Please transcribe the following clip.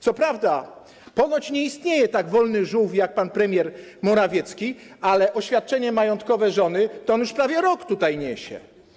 Co prawda podobno nie istnieje tak wolny żółw jak pan premier Morawiecki, bo oświadczenie majątkowe żony to on już prawie rok tutaj niesie.